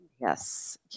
Yes